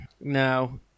No